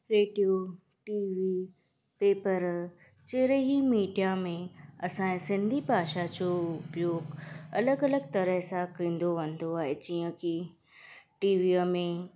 radio TV paper जहिड़े ई media में असांजे सिंधी भाषा जो उपयोग अलॻि अलॻि तरह सां कदो वेंदो आहे जीअं की टीवीअ में